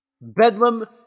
Bedlam